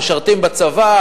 משרתים בצבא,